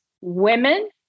women